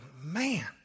man